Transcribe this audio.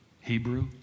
Hebrew